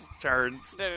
turns